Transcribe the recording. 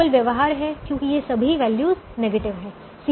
dual व्यवहार्य है क्योंकि ये सभी वैल्यू नेगेटिव हैं